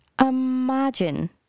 Imagine